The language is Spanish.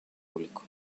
público